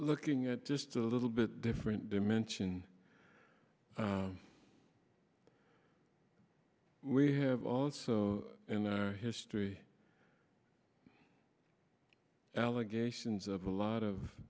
looking at just a little bit different dimension we have also in the history allegations of a lot of